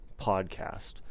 podcast